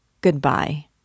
Goodbye